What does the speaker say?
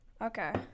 Okay